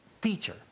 teacher